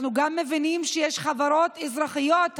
אנחנו גם מבינים שיש חברות אזרחיות,